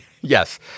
Yes